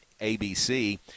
ABC